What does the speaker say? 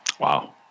Wow